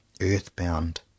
earthbound